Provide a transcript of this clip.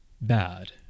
bad